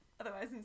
Otherwise